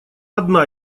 одна